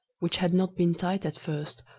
which had not been tight at first,